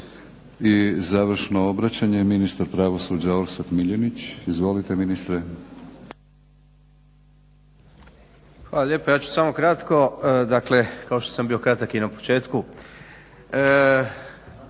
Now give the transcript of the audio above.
I završno obraćanje ministar pravosuđa Orsat MIljenić. Izvolite ministre. **Miljenić, Orsat** Hvala lijepa. Ja ću samo kratko, dakle kao što sam bio kratak i na početku.